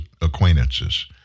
acquaintances